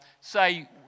say